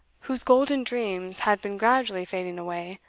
whose golden dreams had been gradually fading away,